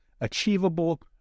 Achievable